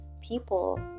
people